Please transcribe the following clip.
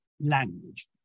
language